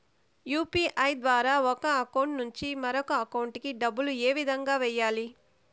UPI ద్వారా ఒక account నుంచి మరొక అకౌంట్ కి డబ్బులు ఏ విధంగా వెయ్యాలి